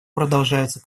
продолжаются